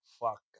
fuck